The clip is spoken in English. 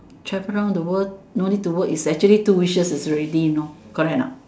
travel around the work don't need to work is actually two wishes already no correct or not